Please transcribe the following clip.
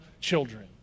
children